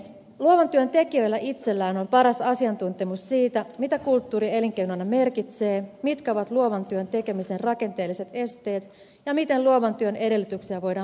luovan työn tekijöillä itsellään on paras asiantuntemus siitä mitä kulttuuri elinkeinona merkitsee mitkä ovat luovan työn tekemisen rakenteelliset esteet ja miten luovan työn edellytyksiä voidaan parantaa